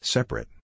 Separate